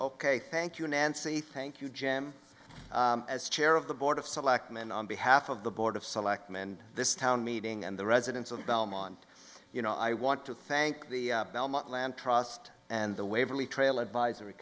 ok thank you nancy thank you jim as chair of the board of selectmen on behalf of the board of selectmen this town meeting and the residents of belmont you know i want to thank the belmont land trust and the waverly trail advisory